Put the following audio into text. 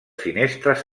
finestres